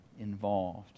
involved